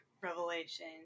revelation